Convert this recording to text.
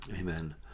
Amen